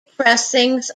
pressings